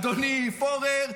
אדוני פורר,